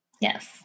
Yes